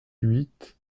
huit